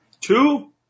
two